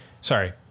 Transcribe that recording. Sorry